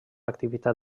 activitat